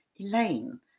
Elaine